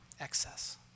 excess